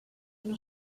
una